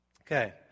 Okay